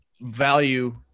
value